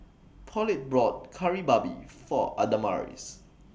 Paulette bought Kari Babi For Adamaris